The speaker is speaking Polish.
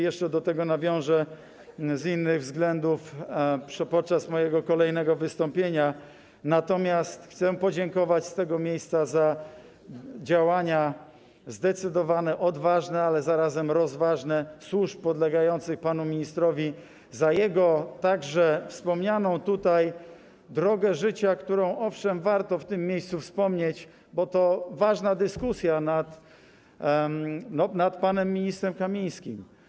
Jeszcze do tego nawiążę z innych względów podczas mojego kolejnego wystąpienia, natomiast chcę podziękować z tego miejsca za działania zdecydowane, odważne, ale zarazem rozważne służb podlegających panu ministrowi, a także za jego wspomnianą tutaj drogę życia, którą, owszem, warto w tym miejscu przypomnieć, bo to jest ważna dyskusja nad panem ministrem Kamińskim.